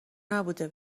نبوده